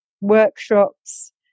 workshops